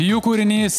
jų kūrinys